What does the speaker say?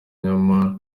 nyamara